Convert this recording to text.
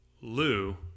Lou